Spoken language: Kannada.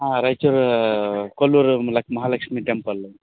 ಹಾಂ ರಾಯ್ಚೂರ್ ಕೊಲ್ಲೂರು ಮೂಲಕ ಮಹಾಲಕ್ಷ್ಮಿ ಟೆಂಪಲ್